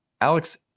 Alex